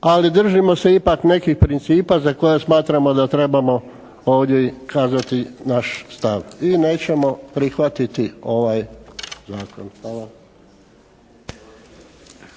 Ali držimo se ipak nekih principa za koje smatramo da trebamo ovdje kazati naš stav. I nećemo prihvatiti ovaj zakon. Hvala. **Šeks,